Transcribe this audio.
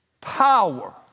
power